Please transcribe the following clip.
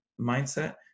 mindset